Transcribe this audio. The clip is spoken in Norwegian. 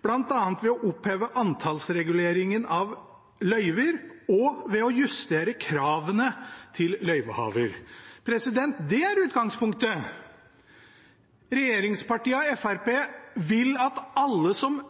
bl.a. ved å oppheve antallsreguleringen av løyver og ved å justere kravene til løyvehaver.» Det er utgangspunktet. Regjeringspartiene og Fremskrittspartiet ønsker at alle som